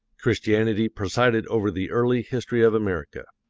christianity presided over the early history of america.